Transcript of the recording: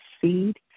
seed